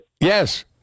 Yes